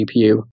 GPU